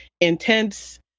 intense